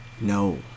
no